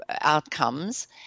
outcomes